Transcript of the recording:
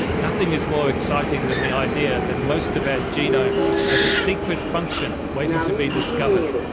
nothing is more exciting than the idea that most of our genome has a secret function waiting to be discovered.